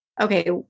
okay